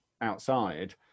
outside